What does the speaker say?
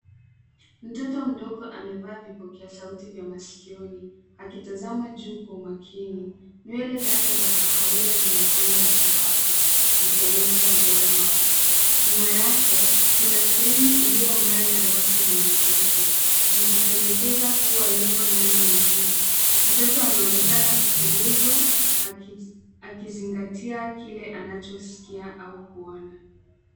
Mtoto mdogo amevaa vipokea sauti vya masikioni; akitazama juu kwa umakini. Nywele zake za kahawia zinatanda uso wake zikionyesha ujana wake. Nyuma yake kuna skrini iliyong'aa na rafu zenye vitu zikipendekeza kuwa yuko ndani ya nyumba. Mtoto anaonekana kutulizwa akizingatia kile anachosikia au kuona.